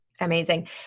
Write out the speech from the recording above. amazing